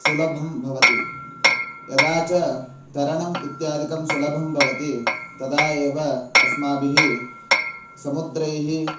सुलभं भवति यदा च तरणम् इत्यादिकं सुलभं भवति तदा एव अस्माभिः समुद्रैः